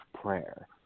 prayer